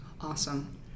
Awesome